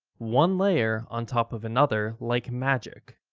one layer on top of another like magic.